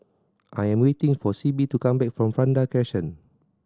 I am waiting for Sibbie to come back from Vanda Crescent